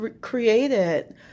created